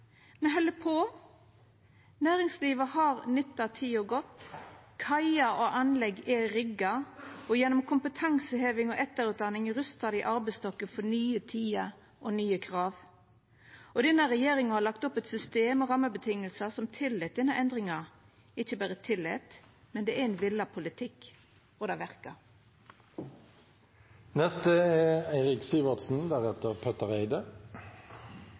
Me held på. Næringslivet har nytta tida godt. Kaier og anlegg er rigga, og gjennom kompetanseheving og etterutdanning rustar dei arbeidsstokken for nye tider og nye krav. Og denne regjeringa har lagt opp eit system og rammevilkår som tillèt denne endringa – ikkje berre tillèt, men det er ein vilja politikk, og det